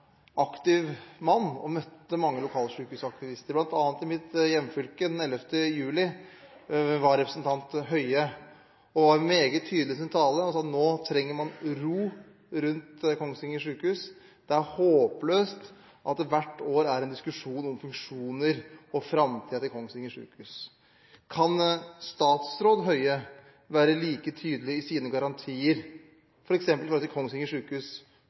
aktiv mann og møtte mange lokalsykehusaktivister, bl.a. i mitt hjemfylke, hvor representanten Høie var den 11. juli. Han var veldig tydelig i sin tale og sa at nå trenger man ro rundt Kongsvinger sykehus, at det er håpløst at det hvert år er en diskusjon om funksjoner og om framtiden til Kongsvinger sykehus. Kan statsråd Høie være like tydelig i sine garantier, f.eks. når det gjelder Kongsvinger